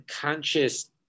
conscious